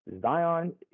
Zion